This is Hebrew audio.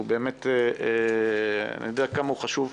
באמת אני יודע כמה הוא חשוב,